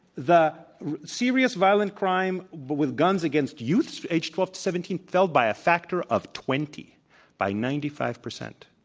the serious violent crime but with guns against youths, age twelve to seventeen, fell by a factor of twenty by ninety five percent.